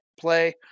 play